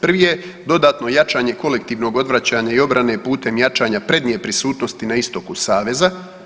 Prvi je dodatno jačanje kolektivnog odvraćanja i obrane putem jačanja prednje prisutnosti na istoku saveza.